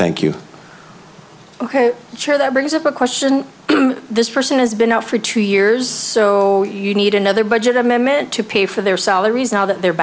thank you ok chair that brings up a question this person has been out for two years so you need another budget amendment to pay for their salaries now that they're